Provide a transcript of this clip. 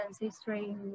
history